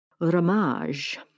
Ramage